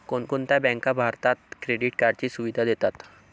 कोणकोणत्या बँका भारतात क्रेडिट कार्डची सुविधा देतात?